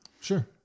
Sure